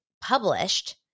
published